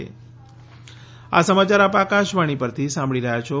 corona appeal આ સમાચાર આપ આકાશવાણી પરથી સાંભળી રહ્યા છો